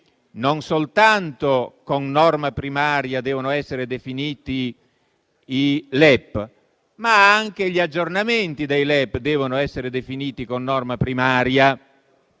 non soltanto con norma primaria devono essere definiti i LEP, ma anche gli aggiornamenti dei LEP devono essere definiti con norma primaria,